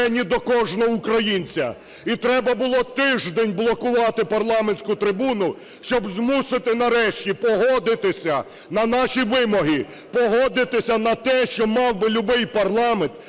залізли в кишені до кожного українця. І треба було тиждень блокувати парламентську трибуну, щоб змусити нарешті погодитися на наші вимоги, погодитися на те, що мав би любий парламент